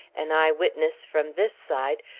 an eye-witness, from this side,